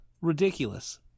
ridiculous